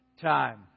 time